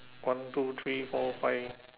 one two three four five